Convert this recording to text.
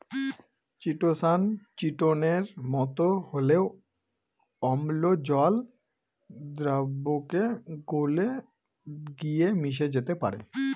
chitosan চিটোনের মতো হলেও অম্ল জল দ্রাবকে গুলে গিয়ে মিশে যেতে পারে